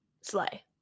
Slay